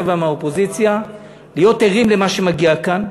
ומהאופוזיציה להיות ערים למה שמגיע כאן,